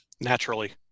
Naturally